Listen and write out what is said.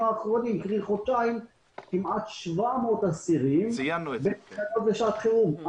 האחרונים כמעט 700 אסירים בתקנות לשעת חירום.